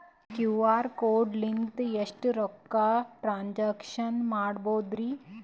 QR code ಲಿಂದ ಎಷ್ಟ ರೊಕ್ಕ ಟ್ರಾನ್ಸ್ಯಾಕ್ಷನ ಮಾಡ್ಬೋದ್ರಿ?